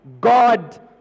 God